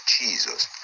jesus